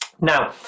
now